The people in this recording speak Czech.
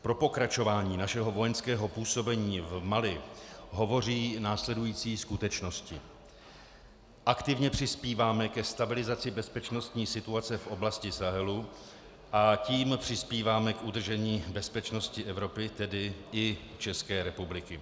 Pro pokračování našeho vojenského působení v Mali hovoří následující skutečnosti: Aktivně přispíváme ke stabilizaci bezpečnostní situace v oblasti Sahelu, a tím přispíváme k udržení bezpečnosti Evropy, tedy i České republiky.